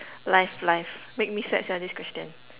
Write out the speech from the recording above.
life life make me sad sia this question